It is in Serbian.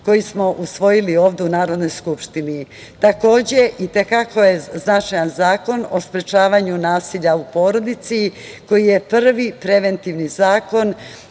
koji smo usvojili ovde u Narodnoj skupštini. Takođe, i te kako je značajan Zakon o sprečavanju nasilja u porodici, koji je prvi preventivni zakon